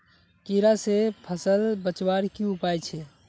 कीड़ा से फसल बचवार की उपाय छे?